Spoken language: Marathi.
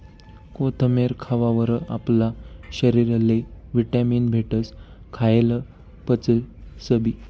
कोथमेर खावावर आपला शरीरले व्हिटॅमीन भेटस, खायेल पचसबी